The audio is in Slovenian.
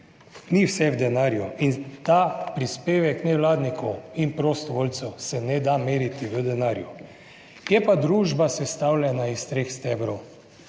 Ni vse v denarju in ta prispevek nevladnikov in prostovoljcev se ne da meriti v denarju. Je pa družba sestavljena iz treh stebrov,